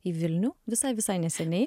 į vilnių visai visai neseniai